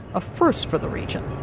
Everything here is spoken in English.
a first for the region.